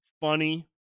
funny